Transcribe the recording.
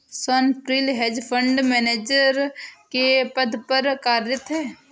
Swapnil hedge fund manager के पद पर कार्यरत है